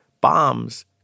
bombs